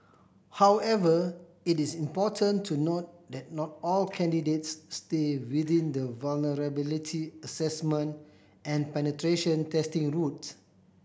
however it is important to note that not all candidates stay within the vulnerability assessment and penetration testing routes